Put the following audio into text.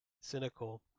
cynical